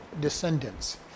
descendants